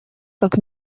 как